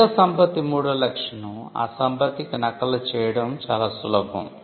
మేధోసంపత్తి మూడో లక్షణం ఈ సంపత్తికి నకలు చేయడం చాలా సులభం